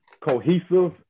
cohesive